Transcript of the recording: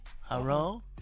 Hello